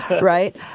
right